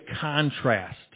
contrast